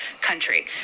country